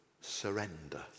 surrender